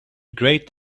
great